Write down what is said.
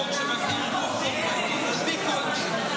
אבל בהיעדר חוק שמגדיר גוף בוחר על פי כל הכללים,